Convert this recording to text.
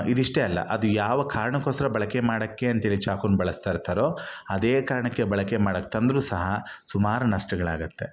ಇದಿಷ್ಟೇ ಅಲ್ಲ ಅದು ಯಾವ ಕಾರಣಕ್ಕೋಸ್ಕರ ಬಳಕೆ ಮಾಡೋಕ್ಕೆ ಅಂಥೇಳಿ ಚಾಕುನ ಬಳಸ್ತಾಯಿರ್ತಾರೋ ಅದೇ ಕಾರಣಕ್ಕೆ ಬಳಕೆ ಮಾಡೋಕೆ ತಂದರೂ ಸಹ ಸುಮಾರು ನಷ್ಟಗಳಾಗುತ್ತೆ